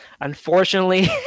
unfortunately